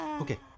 okay